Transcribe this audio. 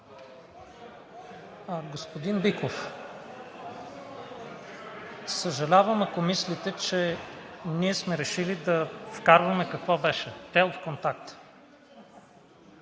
Господин Биков, съжалявам, ако мислите, че ние сме решили да вкарваме – какво беше, тел в контакта.